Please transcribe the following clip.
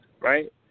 right